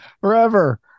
forever